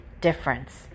difference